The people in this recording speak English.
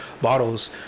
bottles